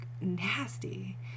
nasty